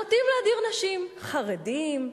שנוטים להדיר נשים, חרדים,